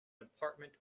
apartment